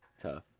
Tough